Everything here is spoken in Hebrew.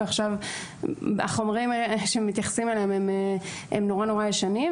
והחומרים שמתייחסים אליהם הם נורא-נורא ישנים,